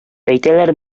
әйтәләр